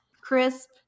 crisp